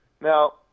Now